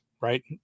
right